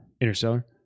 Interstellar